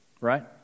right